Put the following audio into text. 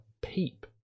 peep